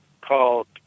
called